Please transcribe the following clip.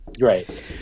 right